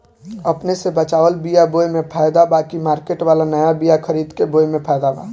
अपने से बचवाल बीया बोये मे फायदा बा की मार्केट वाला नया बीया खरीद के बोये मे फायदा बा?